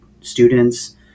students